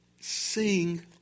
sing